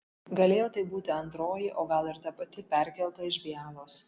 galėjo tai būti antroji o gal ir ta pati perkelta iš bialos